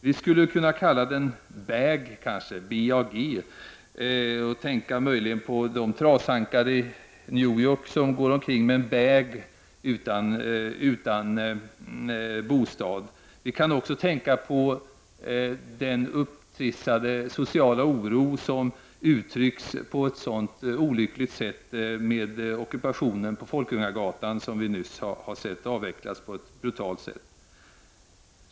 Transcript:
Vi skulle kunna kalla den BAG med tanke på alla de trashankar i New York som går omkring med en ”bag” och inte har någon bostad eller med tanke på den upptrissade oro som uttrycks på ett sådant olyckligt sätt som t.ex. ockupationen på Folkungagatan, som nyligen avvecklades så brutalt.